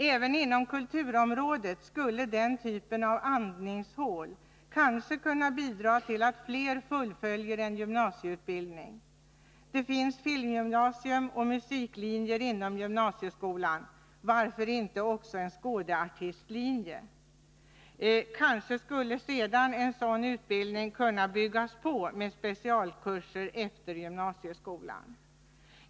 Även inom kulturområdet skulle den typen av ”andningshål” kanske kunna bidra till att fler fullföljer en gymnasieutbildning. Vi har ju redan filmgymnasium, och det finns musiklinjer inom gymnasieskolan. Varför inte också en skådeartistlinje? Kanske skulle en sådan utbildning kunna byggas på med specialkurser efter gymnasieskolan.